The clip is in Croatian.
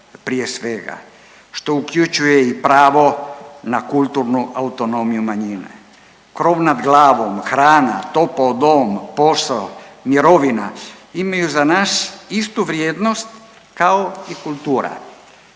prije svega, što uključuje i pravo na kulturnu autonomiju manjine, krov nad glavom, hrana, topao dom, posao, mirovina, imaju za nas istu vrijednost kao i kultura,